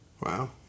Wow